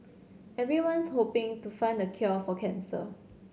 everyone's hoping to find the cure for cancer